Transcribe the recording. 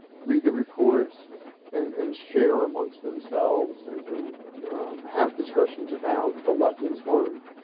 read the reports and and share amongst themselves and and have discussions about the lessons learned.